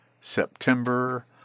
September